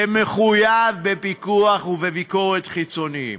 ומחויב בפיקוח וביקורת חיצוניים.